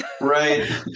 right